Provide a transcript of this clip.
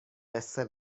قصه